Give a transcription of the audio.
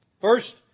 First